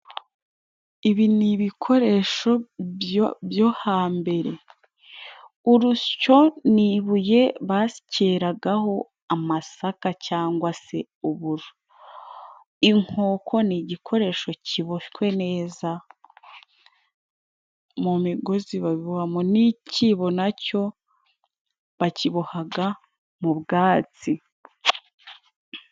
Ibi nibikoresho byo hambere ;urusyo ni ibuye basyeragaho amasaka cyangwa se uburo. Inkoko ni igikoresho kiboshwe neza mu migozi babohamo n'icyibo na cyo bakibohaga mu bwatsi.